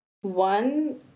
One